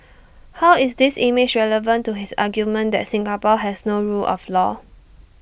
how is this image relevant to his argument that Singapore has no rule of law